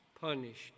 punished